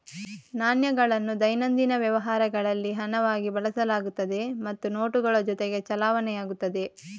ನಾಣ್ಯಗಳನ್ನು ದೈನಂದಿನ ವ್ಯವಹಾರಗಳಲ್ಲಿ ಹಣವಾಗಿ ಬಳಸಲಾಗುತ್ತದೆ ಮತ್ತು ನೋಟುಗಳ ಜೊತೆಗೆ ಚಲಾವಣೆಯಾಗುತ್ತದೆ